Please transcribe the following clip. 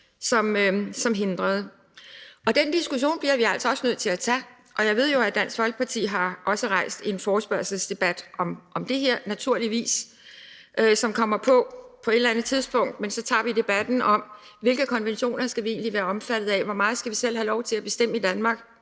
konventioner. Den diskussion bliver vi altså også nødt til at tage, og jeg ved jo, at Dansk Folkeparti naturligvis har bedt om en forespørgselsdebat om det her, som kommer på dagsordenen på et eller andet tidspunkt. Der tager vi debatten om, hvilke konventioner vi egentlig skal være omfattet af, hvor meget vi selv skal have lov til at bestemme i Danmark,